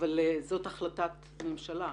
אבל זאת החלטת הממשלה.